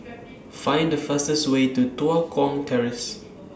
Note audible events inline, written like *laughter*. *noise* Find The fastest Way to Tua Kong Terrace